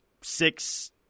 six